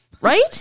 Right